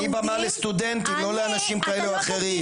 את תתני במה לסטודנטים, לא לאנשים כאלה או אחרים.